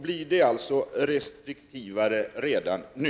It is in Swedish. Blir det alltså restriktivare redan nu?